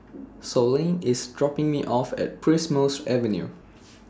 Sloane IS dropping Me off At Primrose Avenue